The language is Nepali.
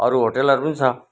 अरू होटलहरू पनि छ